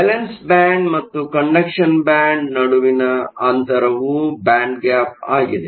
valence band ಮತ್ತು conduction band ನಡುವಿನ ಅಂತರವು ಬ್ಯಾಂಡ್ ಗ್ಯಾಪ್ ಆಗಿದೆ